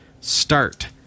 Start